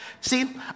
See